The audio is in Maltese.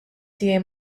tiegħi